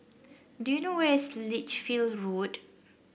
do you know where is Lichfield Road